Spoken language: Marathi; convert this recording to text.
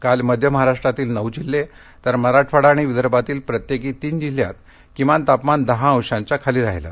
काल मध्य महाराष्ट्रातील नऊ जिल्हे तर मराठवाडा आणि विदर्भातील प्रत्येकी तीन जिल्ह्यांत किमान तापमान दहा अंशांच्या खाली राहिलं